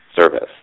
service